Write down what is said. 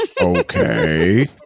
Okay